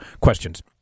questions